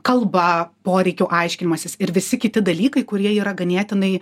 kalba poreikių aiškinimasis ir visi kiti dalykai kurie yra ganėtinai